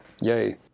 Yay